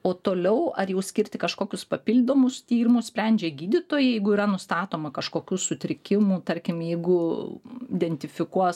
o toliau ar jau skirti kažkokius papildomus tyrimus sprendžia gydytojai jeigu yra nustatoma kažkokių sutrikimų tarkim jeigu dentifikuos